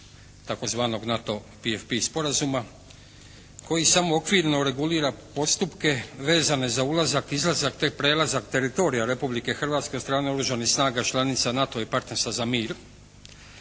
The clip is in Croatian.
tzv. NATO PFP sporazuma koji samo okvirno regulira postupke vezane za ulazak, izlazak te prelazak teritorija Republike Hrvatske od strane oružanih snaga članica NATO i partnerstva za mir,